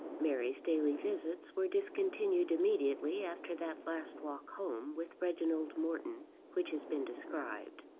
mary's daily visits were discontinued immediately after that last walk home with reginald morton which has been described.